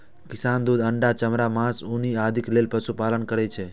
किसान दूध, अंडा, चमड़ा, मासु, ऊन आदिक लेल पशुपालन करै छै